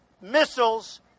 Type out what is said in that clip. missiles